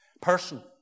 person